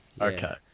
Okay